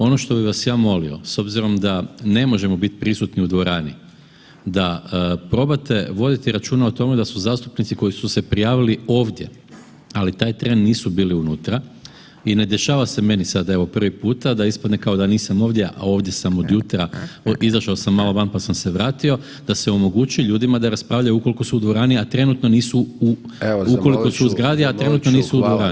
Ono što bi vas ja molio, s obzirom da ne možemo biti prisutni u dvorani, da probate voditi računa o tome da su zastupnici koji su se prijavili ovdje, ali taj tren nisu bili unutra i ne dešava se meni sad evo, prvi puta da ispadne kao da nisam ovdje, a ovdje sam od jutra, izašao sam malo van pa sam se vratio, da se omogući ljudima da raspravljaju ukoliko su u dvorani, a trenutno nisu u, ukoliko su u [[Upadica Hajdaš Dončić: Evo, zamolit ću, hvala.]] zgradi, a trenutno nisu u dvorani.